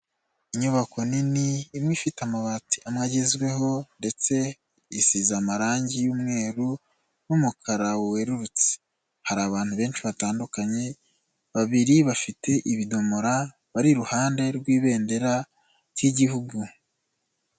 Inyubako nini imwe ifite amabati agezweho ndetse isize amarangi y'umweru n'umukara werurutse, hari abantu benshi batandukanye babiri bafite ibidomora bari i ruhande rw'ibendera ry'igihugu.